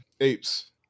apes